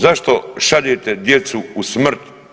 Zašto šaljete djecu u smrt?